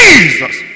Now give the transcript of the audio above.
Jesus